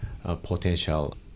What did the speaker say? potential